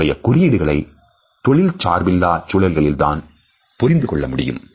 இதனுடைய குறியீடுகளை தொழில் சார்பில்லாத சூழல்களில் தான் புரிந்து கொள்ள முடியும்